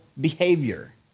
behavior